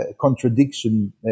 contradiction